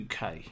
UK